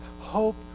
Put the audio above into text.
hope